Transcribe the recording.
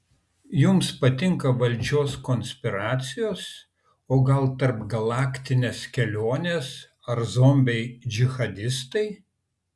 jums patinka valdžios konspiracijos o gal tarpgalaktinės kelionės ar zombiai džihadistai